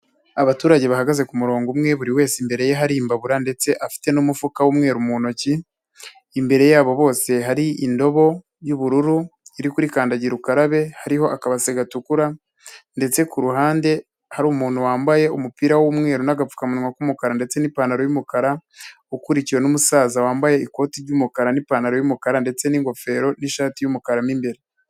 Abaturage bahagaze kumurongo umwe, buri wese imbere ye hari imbabura ndetse afite numufu w'umweru mu ntoki, imbere yabo bose hari indobo yubururu iri kurikandagira ukarabe hariho akabase gatukura, ndetse kuruhande hariru umuntu wambaye umupira w'umweru n'agapfukamuwa k'umukara ndetse n'ipantaro y'umukara, ukurikiwe n'umusaza wambaye ikoti ry'umukara n'ipantaro y'umukara ndetse n'ingofero n'ishati y'umukara mo imbere.